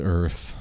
earth